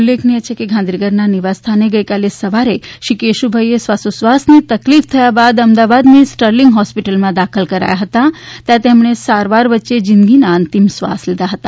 ઉલ્લેખનિય છે કે ગાંધીનગરના નિવાસ સ્થાને ગઈકાલે સવારે શ્રી કેશુભાઈને શ્વાસોશ્વાસની તકલીફ થયા બાદ અમદાવાદની સ્ટાર્લિંગ હોસ્પિટલમાં દાખલ કરાયા હતા જ્યાં તેમણે સારવાર વચ્ચે જિંદગીના અંતિમ શ્વાસ લીધા હતા